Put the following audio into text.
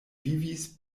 vivis